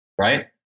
Right